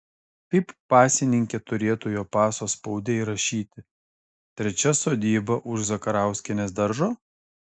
kaip pasininkė turėtų jo paso spaude įrašyti trečia sodyba už zakarauskienės daržo